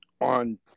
on